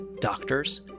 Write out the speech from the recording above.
doctors